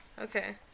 Okay